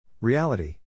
Reality